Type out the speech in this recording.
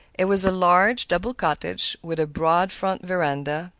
it was a large, double cottage, with a broad front veranda,